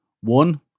One